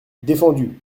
défendu